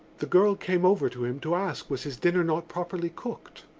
the girl came over to him to ask was his dinner not properly cooked.